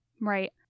Right